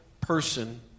person